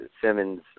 Simmons